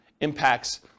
impacts